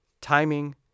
timing